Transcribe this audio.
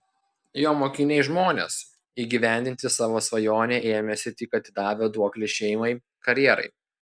jo mokiniai žmonės įgyvendinti savo svajonę ėmęsi tik atidavę duoklę šeimai karjerai